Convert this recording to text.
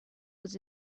was